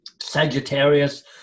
Sagittarius